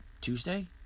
Tuesday